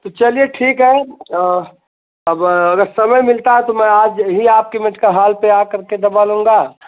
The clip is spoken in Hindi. तो चलिए ठीक है अब अगर समय मिलता है तो में आज ही आपके मेडका हॉल पर आ करके दवा लूँगा